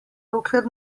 dokler